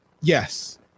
Yes